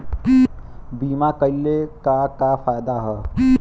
बीमा कइले का का फायदा ह?